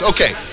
Okay